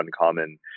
uncommon